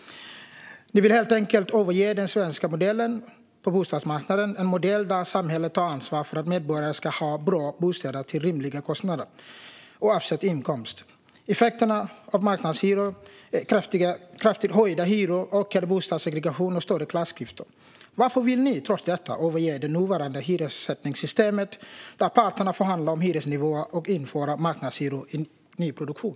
Ni vill helt enkelt överge den svenska modellen på bostadsmarknaden, enligt vilken samhället tar ansvar för att medborgare ska ha bra bostäder till rimliga kostnader oavsett inkomst. Effekterna av marknadshyror är kraftigt höjda hyror, ökad bostadssegregation och större klassklyftor. Varför vill ni trots detta överge det nuvarande hyressättningssystemet där parterna förhandlar om hyresnivå och i stället införa marknadshyror i nyproduktion?